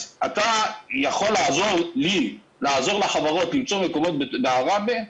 אז אתה יכול לעזור לי לעזור לחברות למצוא מקומות בעראבה?